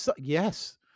Yes